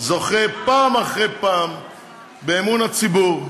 זוכה פעם אחרי פעם באמון הציבור,